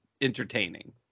entertaining